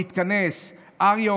להתכנס: "אריה,